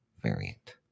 variant